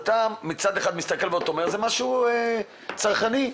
אתה מצד אחד מסתכל ואומר: זה עניין צרכני,